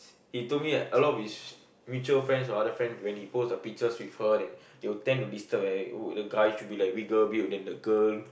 he told me like a lot of his mutual friends or other friends when he post a pictures with her then they will tend to disturb and would the guy should be like bigger build and the girl